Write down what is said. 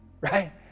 right